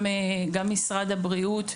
גם משרד הבריאות,